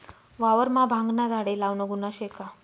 वावरमा भांगना झाडे लावनं गुन्हा शे का?